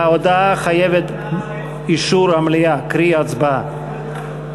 ההודעה חייבת אישור המליאה, קרי הצבעה.